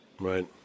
right